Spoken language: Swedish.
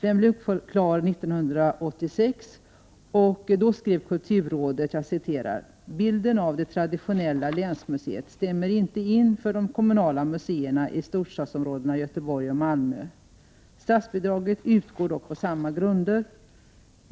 Den blev fullt klar 1986 och då skrev kulturrådet: ”Bilden av det traditionella länsmuseet stämmer inte in för de kommunala museerna i storstadsområdena Göteborg och Malmö. Statsbidraget utgår dock på samma grunder.